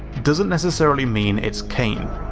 doesn't necessarily mean it's kane.